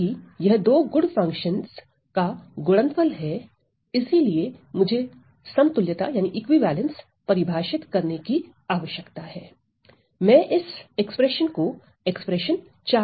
क्योंकि यह दो गुड फंक्शन का गुणनफल है इसीलिए मुझे समतुल्यता परिभाषित करने की आवश्यकता है मैं इस व्यंजक को व्यंजक IV कहता हूं